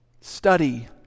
Study